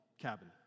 cabin